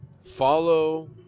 Follow